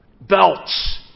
belts